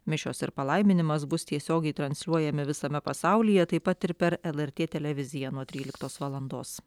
mišios ir palaiminimas bus tiesiogiai transliuojami visame pasaulyje taip pat ir per lrt televiziją nuo tryliktos valandos